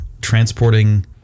transporting